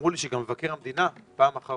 אמרו לי שגם מבקר המדינה ציין פעם אחר